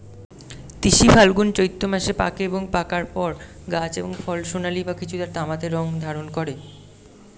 তিসি ফাল্গুন চৈত্র মাসে পাকে এবং পাকার পর গাছ এবং ফল সোনালী বা কিছুটা তামাটে রং ধারণ করে